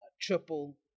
triple